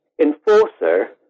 enforcer